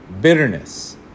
bitterness